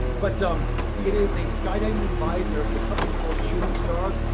but um it is a skydiving visor and the company is called shooting star,